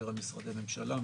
על משרדי ממשלה,